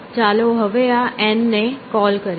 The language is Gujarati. ચાલો હવે આ એન ને કોલ કરીએ